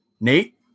Nate